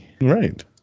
Right